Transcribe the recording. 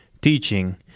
teaching